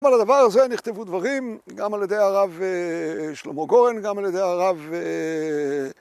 גם על הדבר הזה נכתבו דברים, גם על ידי הרב שלמה גורן גם על ידי הרב...